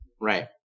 Right